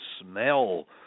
smell